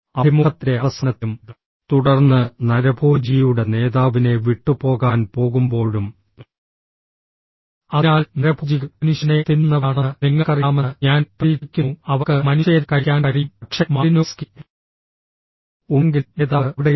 അഭിമുഖത്തിന്റെ അവസാനത്തിലും തുടർന്ന് നരഭോജിയുടെ നേതാവിനെ വിട്ടുപോകാൻ പോകുമ്പോഴും അതിനാൽ നരഭോജികൾ മനുഷ്യനെ തിന്നുന്നവരാണെന്ന് നിങ്ങൾക്കറിയാമെന്ന് ഞാൻ പ്രതീക്ഷിക്കുന്നു അവർക്ക് മനുഷ്യരെ കഴിക്കാൻ കഴിയും പക്ഷേ മാലിനോവ്സ്കി ഉണ്ടെങ്കിലും നേതാവ് അവിടെയുണ്ട്